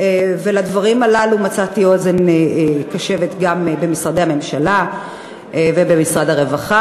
לדברים הללו מצאתי אוזן קשבת גם במשרדי הממשלה ובמשרד הרווחה.